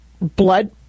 blood